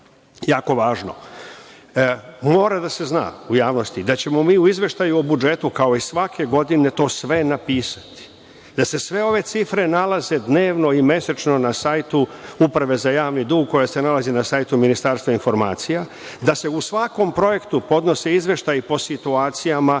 važno, mora da se zna u javnosti, da ćemo mi u izveštaju o budžetu, kao i svake godine, to sve napisati, da se sve ove cifre nalaze dnevno i mesečno na sajtu Uprave za javni dug, koja se nalazi na sajtu Ministarstva informacija, da se u svakom projektu podnose izveštaji o situacijama,